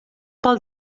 pel